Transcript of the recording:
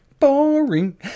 boring